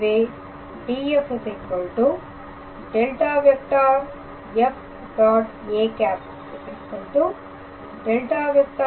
எனவே Df ∇⃗⃗ f